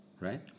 right